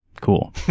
Cool